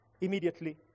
immediately